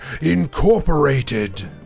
Incorporated